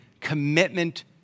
commitment